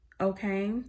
okay